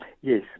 yes